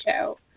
show